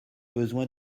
besoin